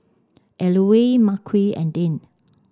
Eulalie Marquez and Dane